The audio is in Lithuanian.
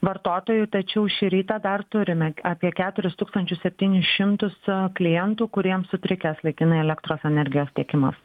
vartotojų tačiau šį rytą dar turime apie keturis tūkstančius septynis šimtus klientų kuriem sutrikęs laikinai elektros energijos tiekimas